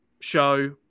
show